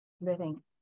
living